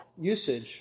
usage